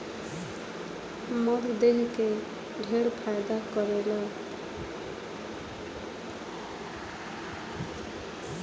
मध देह के ढेर फायदा करेला